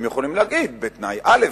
הם יכולים להגיד: בתנאי א',